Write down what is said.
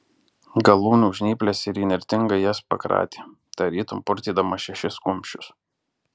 galūnių žnyples ir įnirtingai jas pakratė tarytum purtydamas šešis kumščius